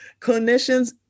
clinicians